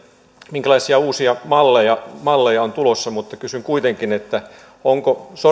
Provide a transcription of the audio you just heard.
minkälaisia uusia malleja malleja on tulossa mutta kysyn kuitenkin onko